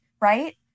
right